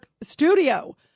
Studio